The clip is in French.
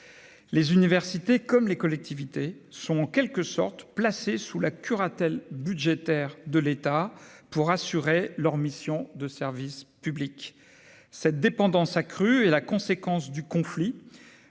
Les universités, comme les collectivités, sont en quelque sorte placées sous la curatelle budgétaire de l'État pour assurer leurs missions de service public. Cette dépendance accrue est la conséquence du conflit